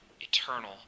eternal